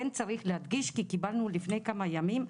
כן צריך להדגיש כי קיבלנו לפני כמה ימים,